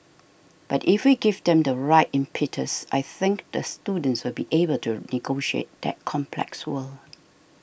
but if we give them the right impetus I think the students will be able to negotiate that complex world